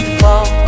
fall